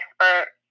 expert